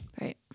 Right